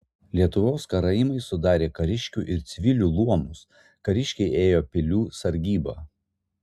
lietuvos karaimai sudarė kariškių ir civilių luomus kariškiai ėjo pilių sargybą